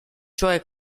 cioè